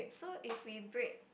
so if we break